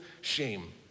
shame